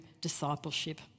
discipleship